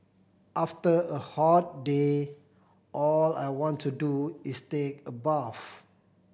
after a hot day all I want to do is take a bath